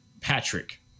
Patrick